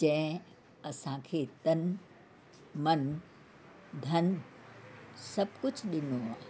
जंहिं असांखे तन मन धन सभु कुझु ॾिनो आहे